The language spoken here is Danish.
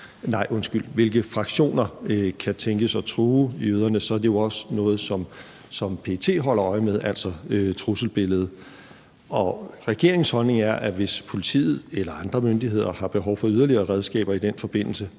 det med, hvilke fraktioner der kan tænkes at true jøderne, så er det jo også noget, som PET holder øje med – altså trusselsbilledet. Regeringens holdning er, at hvis politiet eller andre myndigheder har behov for yderligere redskaber i den forbindelse,